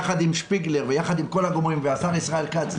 יחד עם שפיגלר וכל הגורמים והשר ישראל כץ,